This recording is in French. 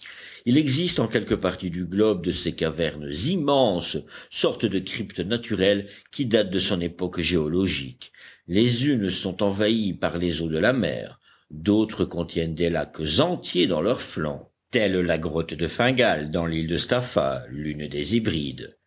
il existe en quelques parties du globe de ces cavernes immenses sortes de cryptes naturelles qui datent de son époque géologique les unes sont envahies par les eaux de la mer d'autres contiennent des lacs entiers dans leurs flancs telle la grotte de fingal dans l'île de staffa l'une des hébrides